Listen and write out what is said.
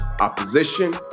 opposition